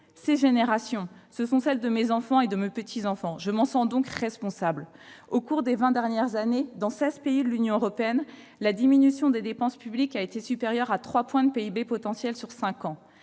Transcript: Ces générations, ce sont celles de mes enfants et de mes petits-enfants. Je m'en sens donc responsable. Au cours des vingt dernières années, dans seize pays de l'Union européenne, la diminution des dépenses publiques a été supérieure à 3 points de PIB potentiel sur cinq ans.